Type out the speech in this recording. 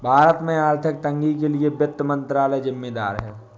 भारत में आर्थिक तंगी के लिए वित्त मंत्रालय ज़िम्मेदार है